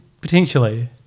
Potentially